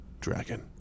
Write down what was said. dragon